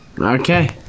Okay